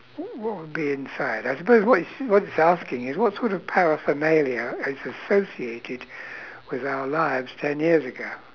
wh~ what would be inside I suppose what it's what it's asking is what sort of paraphernalia is associated with our lives ten years ago